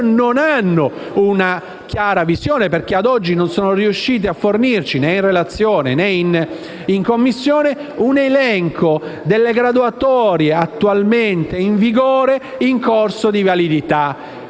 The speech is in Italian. non hanno una chiara visione, dal momento che, ad oggi, non sono riusciti a fornirci, né in relazione, né in Commissione, un elenco delle graduatorie attualmente in vigore in corso di validità